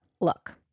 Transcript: look